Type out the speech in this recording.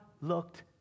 looked